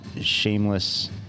shameless